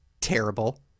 terrible